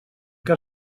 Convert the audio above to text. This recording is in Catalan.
que